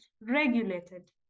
regulated